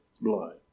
blood